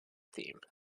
theme